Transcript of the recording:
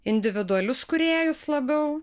individualius kūrėjus labiau